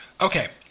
okay